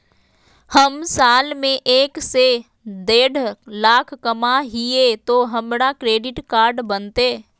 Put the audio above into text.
हम साल में एक से देढ लाख कमा हिये तो हमरा क्रेडिट कार्ड बनते?